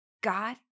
God